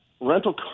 rental